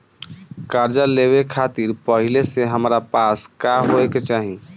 कर्जा लेवे खातिर पहिले से हमरा पास का होए के चाही?